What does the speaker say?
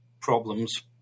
problems